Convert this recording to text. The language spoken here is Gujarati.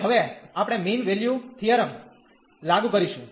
અને હવે આપણે મીન વેલ્યુ થીયરમ લાગુ કરીશું